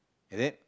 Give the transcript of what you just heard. and then